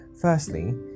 Firstly